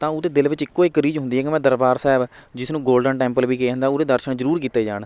ਤਾਂ ਉਹਦੇ ਦਿਲ ਵਿੱਚ ਇੱਕੋ ਇੱਕ ਰੀਝ ਹੁੰਦੀ ਹੈ ਕਿ ਮੈਂ ਦਰਬਾਰ ਸਾਹਿਬ ਜਿਸ ਨੂੰ ਗੋਲਡਨ ਟੈਂਪਲ ਵੀ ਕਿਹਾ ਜਾਂਦਾ ਉਹਦੇ ਦਰਸ਼ਨ ਜ਼ਰੂਰ ਕੀਤੇ ਜਾਣ